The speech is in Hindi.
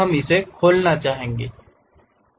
अब हम इसे खोलना चाहेंगे